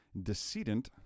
Decedent